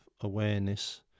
awareness